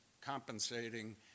compensating